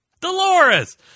Dolores